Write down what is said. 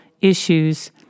issues